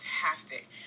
fantastic